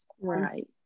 Right